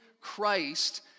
Christ